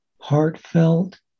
heartfelt